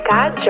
God